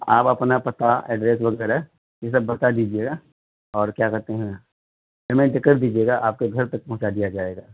آپ اپنا پتا ایڈریس وغیرہ یہ سب بتا دیجیے گا اور کیا کہتے ہیں پیمنٹ کر دیجیے گا آپ کے گھر تک پہنچا دیا جائے گا